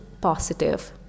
positive